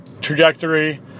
trajectory